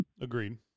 Agreed